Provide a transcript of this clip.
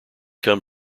become